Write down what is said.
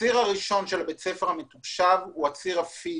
הציר הראשון של בית ספר מתוקשב הוא הציר הפיזי.